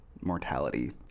mortality